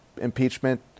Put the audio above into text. impeachment